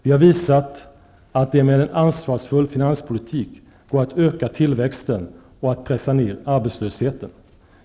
Vi har visat att det med en ansvarsfull finanspolitik går att öka tillväxten och att pressa ned arbetslösheten.